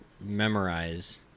memorize